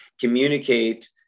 communicate